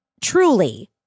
Truly